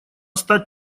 стать